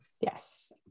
Yes